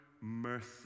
mercy